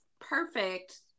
perfect